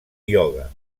ioga